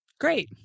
Great